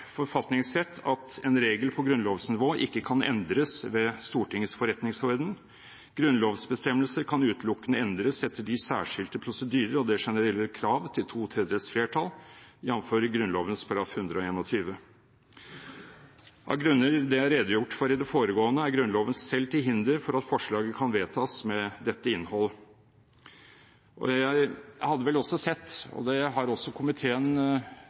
forfatningsrett at en regel på grunnlovsnivå ikke kan endres ved Stortingets forretningsorden. Grunnlovsbestemmelser kan utelukkende endres etter de særskilte prosedyrer og det generelle krav til to tredjedels flertall, jf. Grunnloven § 121. Av grunner som er redegjort for i det foregående, er Grunnloven selv til hinder for at forslaget kan vedtas med dette innholdet. Jeg hadde vel også sett – og det har komiteen